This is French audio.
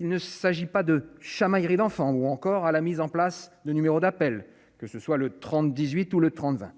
il ne s'agit pas de chamailleries d'enfants ou encore à la mise en place de numéro d'appel, que ce soit le 30 18 ou le 30 juin